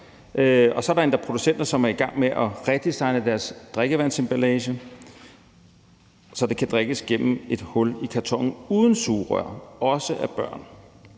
kop. Der er endda producenter, som er i gang med at redesigne deres drikkevandsemballage, så det kan drikkes gennem et hul i kartonen uden sugerør, også af børn.